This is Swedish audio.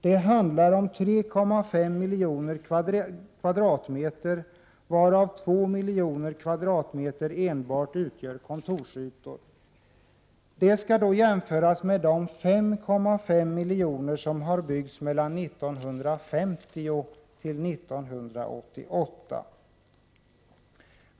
Det handlar om 3,5 miljoner kvadratmeter, varav 2 miljoner kvadratmeter utgör enbart kontorsytor. Det skall jämföras med de 5,5 miljoner kvadratmeter som har byggts mellan åren 1950 och 1988.